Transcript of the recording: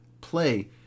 play